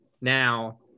now